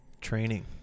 training